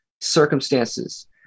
circumstances